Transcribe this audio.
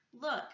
look